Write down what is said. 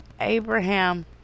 Abraham